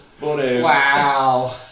Wow